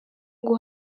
ngo